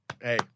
Hey